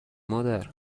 مادر